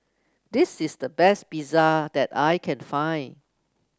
this is the best Pizza that I can find